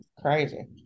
crazy